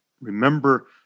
Remember